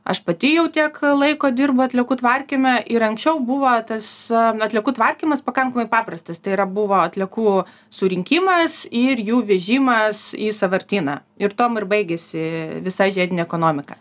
aš pati jau tiek laiko dirbu atliekų tvarkyme ir anksčiau buvo tas atliekų tvarkymas pakankamai paprastas tai yra buvo atliekų surinkimas ir jų vežimas į sąvartyną ir tuom ir baigėsi visa žiedinė ekonomika